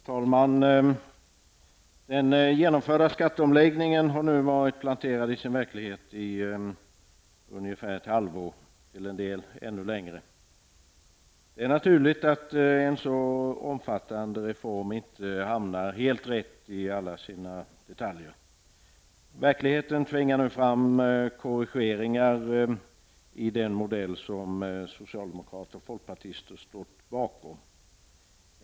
Herr talman! Den genomförda skatteomläggningen har nu varit planterad i sin verklighet i ungefär ett halvår. Det är naturligt att en så omfattande reform inte hamnar helt rätt i alla sina detaljer. Verkligheten tvingar nu fram korrigeringar i den modell som socialdemokrater och folkpartister stått bakom.